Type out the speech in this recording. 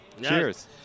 Cheers